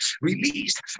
released